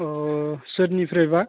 अह सोरनिफ्रायबा